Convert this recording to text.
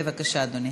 בבקשה, אדוני.